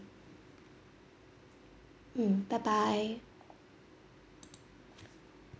mm bye bye